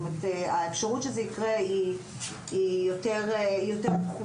זאת אומרת, האפשרות שזה יקרה היא יותר פחותה.